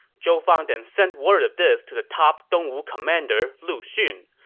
zhou fang then sent word of this to the top dongwu commander, lu xun.